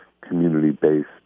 community-based